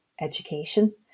education